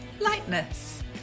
lightness